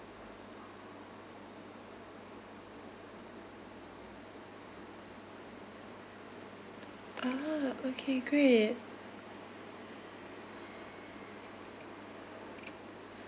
ah okay great